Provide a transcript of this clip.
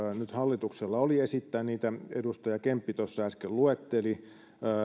nyt hallituksella oli esittää ja niitä edustaja kemppi tuossa äsken luetteli